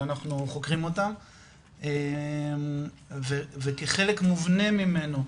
שאנחנו חוקרים אותם וכחלק מובנה ממנו,